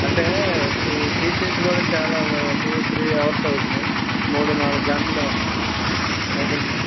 అంటే ఇది తీసి కూడా చాలా టూ త్రీ అవర్స్ అవుతుంది మూడు నాలుగు గంటలు అవుతుంది